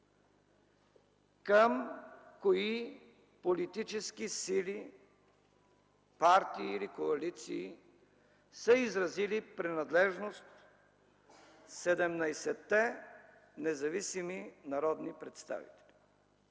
към кои политически сили, партии или коалиции са изразили принадлежност 17-те независими народни представители?